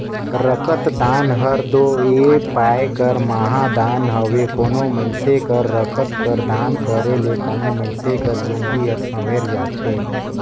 रकतदान हर दो ए पाए कर महादान हवे कोनो मइनसे कर रकत कर दान करे ले कोनो मइनसे कर जिनगी हर संवेर जाथे